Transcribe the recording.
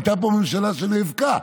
הייתה פה ממשלה שנאבקה.